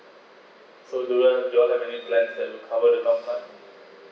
so do you have do you all have any plan that cover the talk time